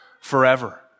forever